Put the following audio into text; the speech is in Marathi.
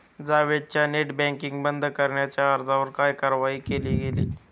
जावेदच्या नेट बँकिंग बंद करण्याच्या अर्जावर काय कारवाई केली गेली?